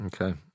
Okay